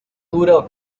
dura